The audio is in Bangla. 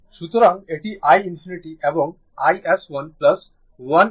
সুতরাং এটি i ∞ এবং এটি iS1 1 e t 2 t